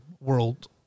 world